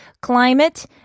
climate